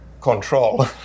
control